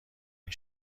این